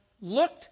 looked